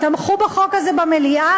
תמכו בזה במליאה,